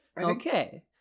okay